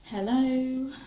Hello